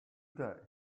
day